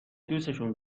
دوسشون